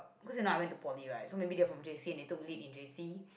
cause you know I went to poly right so maybe they were from J_C and they took leap in J_C